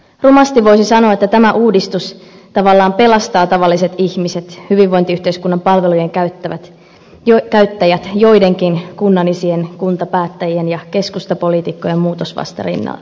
rumasti voisi sanoa että tämä uudistus tavallaan pelastaa tavalliset ihmiset hyvinvointiyhteiskunnan palvelujen käyttäjät joidenkin kunnanisien kuntapäättäjien ja keskustapoliitikkojen muutosvastarinnalta